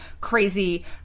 crazy